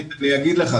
אני אגיד לך.